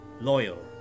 loyal